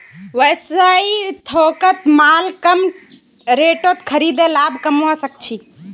व्यवसायी थोकत माल कम रेटत खरीदे लाभ कमवा सक छी